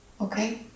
Okay